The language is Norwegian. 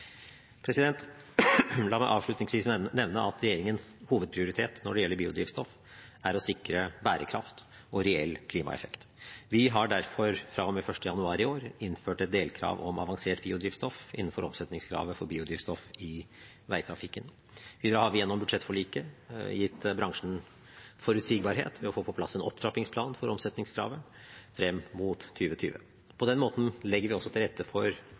La meg avslutningsvis nevne at regjeringens hovedprioritet når det gjelder biodrivstoff, er å sikre bærekraft og reell klimaeffekt. Vi har derfor fra og med 1. januar i år innført et delkrav om avansert biodrivstoff innenfor omsetningskravet for biodrivstoff i veitrafikken. Videre har vi gjennom budsjettforliket gitt bransjen forutsigbarhet med å få på plass en opptrappingsplan for omsetningskravet frem mot 2020. På denne måten legger vi til rette for